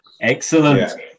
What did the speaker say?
Excellent